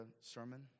sermon